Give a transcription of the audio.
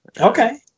okay